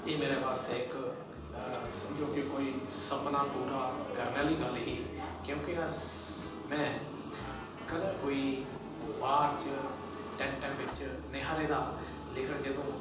एह् मेरे बास्तै इक समझो के कोई सपना पूरा करने आह्ली गल्ल ही क्योंकि अस में कदें कोई बाह्र च टैंटै बिच्च नेईं हा रेह्दा लेकिन जदूं